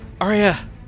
Arya